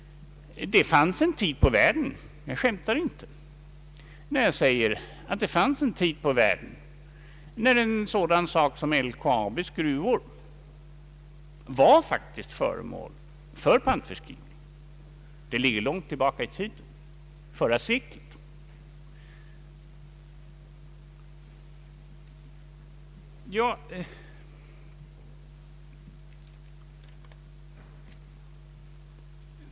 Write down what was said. Det fanns en tid på världen — jag skämtar inte — när LKAB:s gruvor faktiskt var föremål för pantförskrivning. Det ligger långt tillbaka i tiden — under förra seklet.